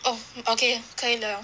oh okay 可以的